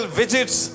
visits